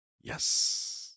yes